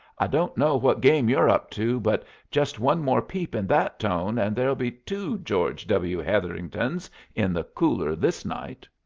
i don't know what game you're up to, but just one more peep in that tone and there'll be two george w. hetheringtons in the cooler this night.